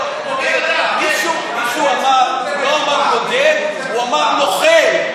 הוא לא אמר "בוגד", הוא אמר "נוכל".